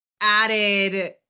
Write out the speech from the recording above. added